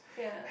yeah